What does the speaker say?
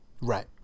Right